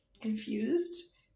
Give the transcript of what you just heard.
confused